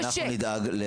אז כרגע יצא נוהל חדש.